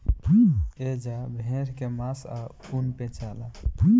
एजा भेड़ के मांस आ ऊन बेचाला